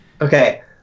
Okay